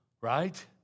Right